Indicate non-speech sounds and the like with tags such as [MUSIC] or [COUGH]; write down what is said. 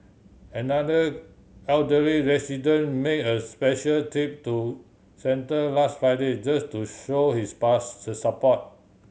another elderly resident made a special trip to centre last Friday just to show his [UNINTELLIGIBLE] support